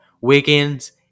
Wiggins